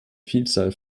vielzahl